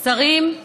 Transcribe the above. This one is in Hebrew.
שרים,